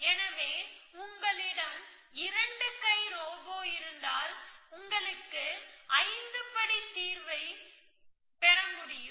எனவே உங்களிடம் 2 கை ரோபோ இருந்தால் 5 படி தீர்வைப் பெறலாம்